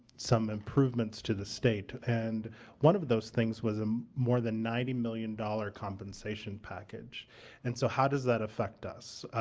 some improvements to the state and one of those things was a um more than ninety million dollar compensation package and so how does that affect us?